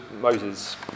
Moses